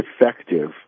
effective